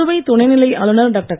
புதுவை துணைநிலை ஆளுநர் டாக்டர்